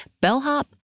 bellhop